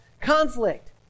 conflict